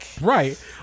Right